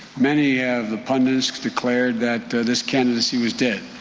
many of the pundits declared that the the scans he was dead.